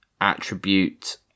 Attribute